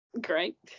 Great